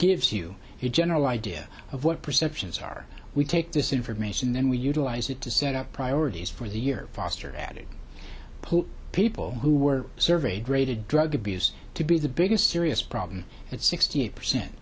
gives you a general idea of what perceptions are we take this information then we utilize it to set up priorities for the year foster added put people who were surveyed rated drug abuse to be the biggest serious problem at sixty eight percent